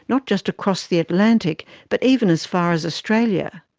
not just across the atlantic but even as far as australia.